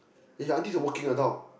if your auntie is a working adult